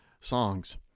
songs